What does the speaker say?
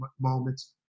moments